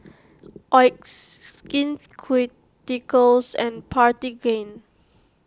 Oxy Skin Ceuticals and Cartigain